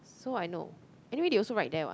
so I know anyway they also write there what